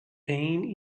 pain